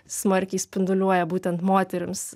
smarkiai spinduliuoja būtent moterims